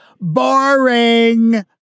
Boring